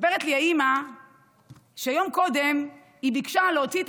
מספרת לי האימא שיום קודם היא ביקשה להוציא את